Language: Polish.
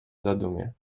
zadumie